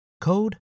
code